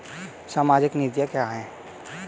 सामाजिक नीतियाँ क्या हैं?